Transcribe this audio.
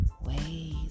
ways